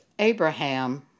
Abraham